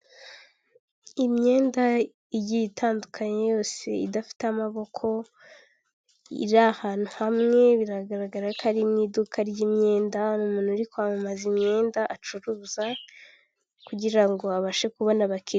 Imyenda igiye itandukanye yose idafite amaboko iri ahantu hamwe, biragaragara ko ari mu iduka ry'imyenda, umuntu uri kwamamaza imyenda acuruza kugira ngo abashe kubona abaki....